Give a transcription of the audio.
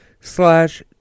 slash